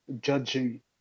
judging